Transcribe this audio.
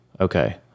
Okay